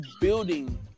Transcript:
building